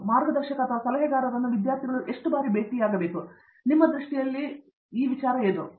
ನಿಮ್ಮ ಮಾರ್ಗದರ್ಶಕ ಸಲಹೆಗಾರರನ್ನು ವಿದ್ಯಾರ್ಥಿಗಳು ಎಷ್ಟು ಬಾರಿ ಭೇಟಿಯಾಗಬೇಕು ಎಂದು ನಿಮ್ಮ ದೃಷ್ಟಿಯಲ್ಲಿ ನೀವು ತಿಳಿದಿರುವಿರಾ